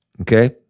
okay